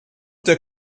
der